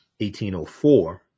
1804